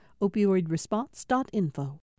Opioidresponse.info